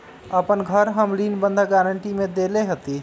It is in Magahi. अपन घर हम ऋण बंधक गरान्टी में देले हती